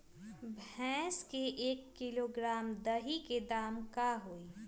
भैस के एक किलोग्राम दही के दाम का होई?